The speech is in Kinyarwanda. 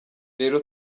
rero